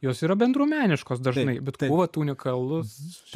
jos yra bendruomeniškos dažnai bet buvot unikalus